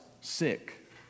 sick